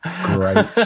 Great